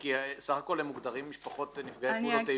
כי סך הכול הם מוגדרים משפחות נפגעי פעולות איבה.